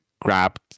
grabbed